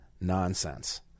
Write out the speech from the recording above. nonsense